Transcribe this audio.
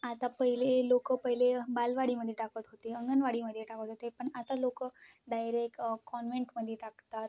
आता पहिले लोक पहिले बालवाडीमध्ये टाकत होते अंगणवाडीमध्ये टाकत होते पण आता लोक डायरेक कॉन्व्हेंटमध्ये टाकतात